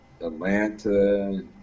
Atlanta